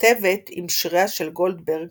המתכתבת עם שיריה של גולדברג